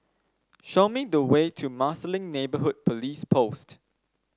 show me the way to Marsiling Neighbourhood Police Post